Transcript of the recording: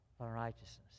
unrighteousness